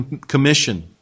commission